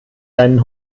deinen